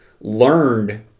learned